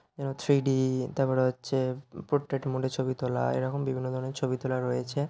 যেমন থ্রিডি তারপরে হচ্ছে পোট্রেট মোডে ছবি তোলা এরকম বিভিন্ন ধরনের ছবি তোলা রয়েছে